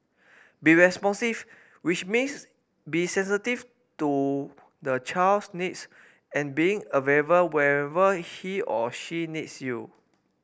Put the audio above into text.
be responsive which means be sensitive to the child's needs and being available whenever he or she needs you